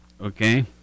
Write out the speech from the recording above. okay